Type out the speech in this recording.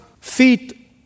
feet